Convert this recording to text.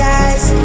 eyes